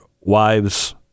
wives